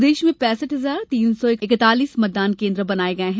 प्रदेश में पैसठ हजार तीन सौ इकतालीस मतदान केन्द्र बनाये गये हैं